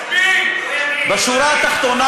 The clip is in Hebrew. בשורה התחתונה,